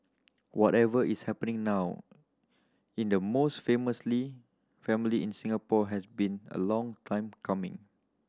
whatever is happening now in the most famous Lee family in Singapore has been a long time coming